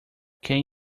can